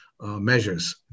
measures